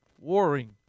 warring